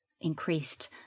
increased